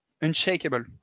unshakable